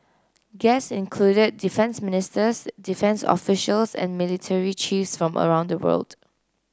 guests included defence ministers defence officials and military chiefs from all around the world